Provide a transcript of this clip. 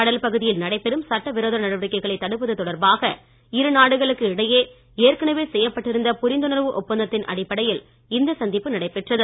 கடல் பகுதியில் நடைபெறும் சட்ட விரோத நடவடிக்கைகளை தடுப்பது தொடர்பாக இரு நாடுகளுக்கு இடையே ஏற்கனவே செய்யப்பட்டிருந்த புரிந்துணர்வு ஒப்பந்தத்தின் அடிப்படையில் இந்த சந்திப்பு நடைபெற்றது